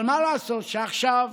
אבל מה לעשות שעכשיו